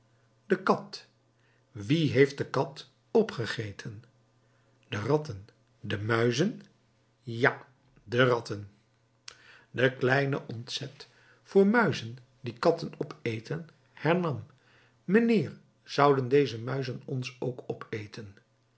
de kat wie heeft de kat opgegeten de ratten de muizen ja de ratten de kleine ontzet voor muizen die katten opeten hernam mijnheer zouden deze muizen ons ook opeten